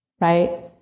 right